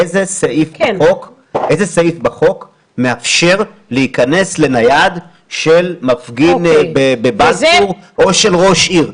איזה סעיף בחוק מאפשר להיכנס לנייד של מפגין בבלפור או של ראש עיר?